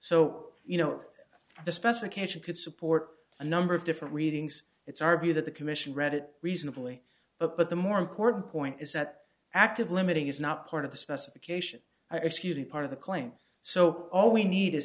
so you know the specification could support a number of different readings it's our view that the commission read it reasonably but but the more important point is that active limiting is not part of the specification are executing part of the claim so all we need is